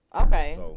Okay